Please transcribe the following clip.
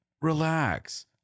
Relax